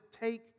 take